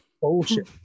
bullshit